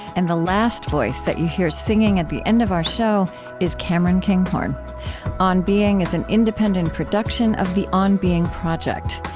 and the last voice that hear singing at the end of our show is cameron kinghorn on being is an independent production of the on being project.